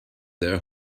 their